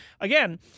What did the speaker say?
Again